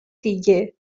دیگه